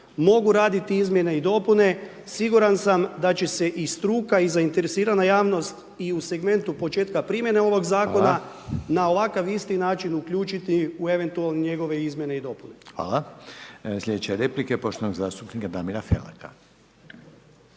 mogu radit izmjene i dopune, siguran sam da će se i struka i zainteresirana javnost i u segmentu početka primjene ovog zakona …/Upadica: Hvala./… na ovakav isti način uključiti u eventualno njegove izmjene i dopune. **Reiner, Željko (HDZ)** Hvala. Slijedeća replika poštovanog zastupnika Damira Felaka.